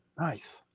Nice